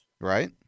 Right